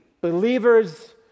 believers